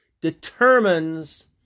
determines